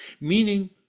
meaning